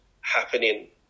happening